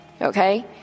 Okay